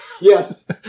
Yes